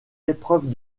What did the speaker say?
épreuves